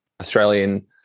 Australian